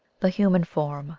the human form